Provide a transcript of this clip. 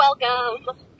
welcome